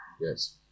Yes